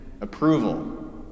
approval